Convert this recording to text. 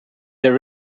the